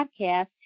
podcast